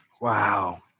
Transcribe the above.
Wow